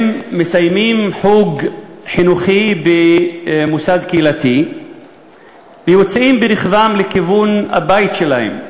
הם מסיימים חוג חינוכי במוסד קהילתי ויוצאים ברכבם לכיוון הבית שלהם.